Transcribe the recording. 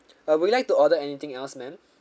uh would you like to order anything else ma'am